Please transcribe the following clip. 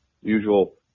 usual